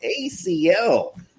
acl